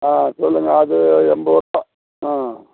ஆ சொல்லுங்க அது எண்பதுருவா ஆ